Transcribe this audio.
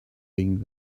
being